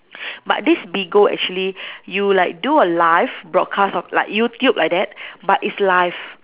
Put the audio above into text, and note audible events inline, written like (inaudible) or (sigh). (breath) but this Bigo actually (breath) you like do a live broadcast of like YouTube like that (breath) but it's live